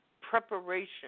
preparation